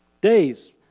days